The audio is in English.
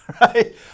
right